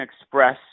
express